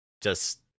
just-